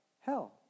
hell